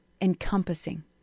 encompassing